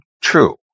true